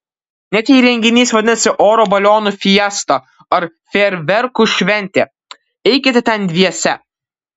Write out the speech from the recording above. net jei renginys vadinasi oro balionų fiesta ar fejerverkų šventė eikite ten dviese